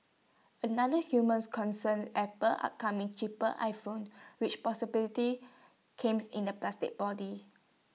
another humans concerns Apple's upcoming cheaper iPhone which possibility came in A plastic body